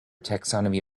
taxonomy